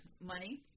money